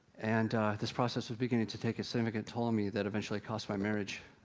and this process was beginning to take a significant toll on me, that eventually cost my marriage.